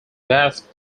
vast